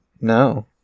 no